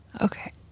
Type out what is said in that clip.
Okay